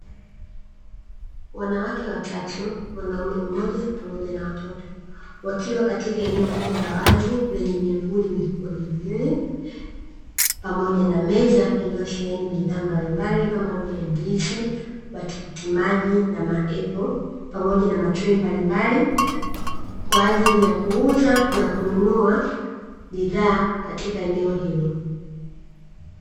Wanawake watatu, mwanaume mmoja pamoja na watoto, wakiwa katika eneo kubwa la wazi, lenye miamvuli mikubwa miwili pamoja na meza iliyosheheni bidhaa mbalimbali, kama vile; ndizi ,matikiti maji na maepo, pamoja na matrei mbalimbali kwa ajili ya kuuza na kununua bidhaa katika eneo hilo.